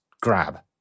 grab